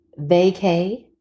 vacay